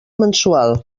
mensual